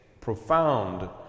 profound